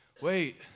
wait